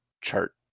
chart